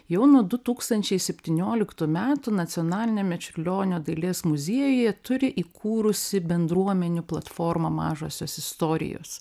jau nuo du tūkstančiai septynioliktų metų nacionaliniame čiurlionio dailės muziejuje turi įkūrusi bendruomenių platformą mažosios istorijos